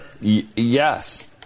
Yes